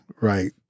right